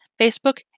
Facebook